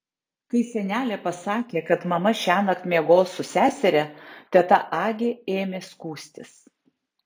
kai senelė pasakė kad mama šiąnakt miegos su seseria teta agė ėmė skųstis